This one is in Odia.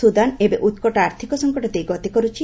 ସୁଦାନ ଏବେ ଉତ୍କଟ ଆର୍ଥିକ ସଂକଟ ଦେଇ ଗତି କରୁଛି